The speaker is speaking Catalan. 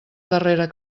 darrera